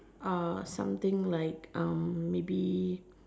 uh something like um maybe